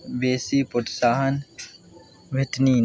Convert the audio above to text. बेसी प्रोत्साहन भेटनि